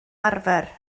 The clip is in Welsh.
arfer